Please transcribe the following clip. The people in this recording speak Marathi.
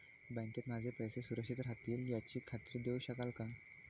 बँकेत माझे पैसे सुरक्षित राहतील याची खात्री देऊ शकाल का?